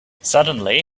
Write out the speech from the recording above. suddenly